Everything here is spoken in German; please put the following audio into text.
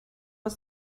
ist